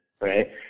Right